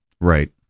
Right